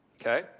okay